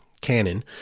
Canon